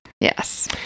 Yes